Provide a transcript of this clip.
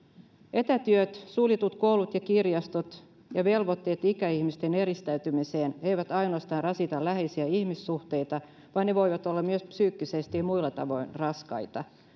etätyöt suljetut koulut ja kirjastot ja velvoitteet ikäihmisten eristäytymiseen eivät ainoastaan rasita läheisiä ihmissuhteita vaan ne voivat olla myös psyykkisesti muilla tavoin raskaita